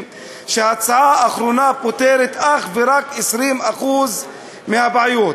שההצעה האחרונה פותרת אך ורק 20% מהבעיות.